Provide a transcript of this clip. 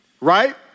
right